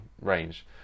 range